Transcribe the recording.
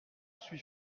suis